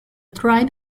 tribe